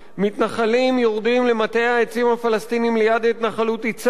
מתנחלים יורדים למטע העצים הפלסטיניים ליד ההתנחלות יצהר,